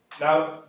Now